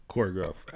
Choreograph